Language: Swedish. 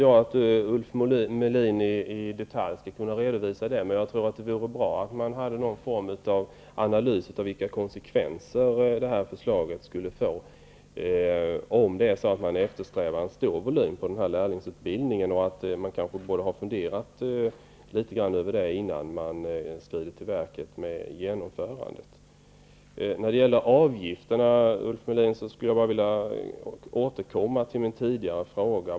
Jag tror däremot att det vore bra om man gjorde någon form av analys av vilka konsekvenser förslaget skulle få om man eftersträvar en stor volym på lärlingsutbildningen. Man borde kanske fundera litet över det innan man skrider till verket med genomförandet. Beträffande avgifterna vill jag återkomma till min tidigare fråga.